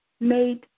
made